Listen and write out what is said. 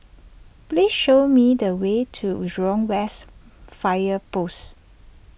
please show me the way to Jurong West Fire Post